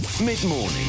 Mid-morning